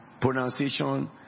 pronunciation